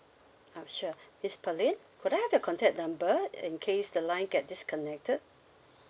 ah sure miss pearlyn could I have your contact number in case the line get disconnected